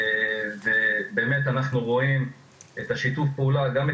אנחנו רואים את שיתוף הפעולה ואת